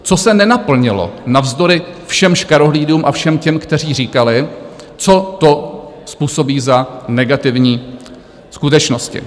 Co se nenaplnilo navzdory všem škarohlídům a všem těm, kteří říkali, co to způsobí za negativní skutečnosti.